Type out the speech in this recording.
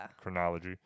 chronology